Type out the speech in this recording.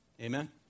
amen